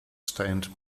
stained